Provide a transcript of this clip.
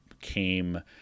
came